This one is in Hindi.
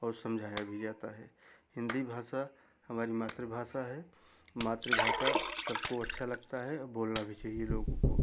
और समझाया भी जाता है हिन्दी भाषा हमारी मातृभाषा है मातृभाषा सबको अच्छइ लगतइ है और बोलना भी चाहिए लोगों को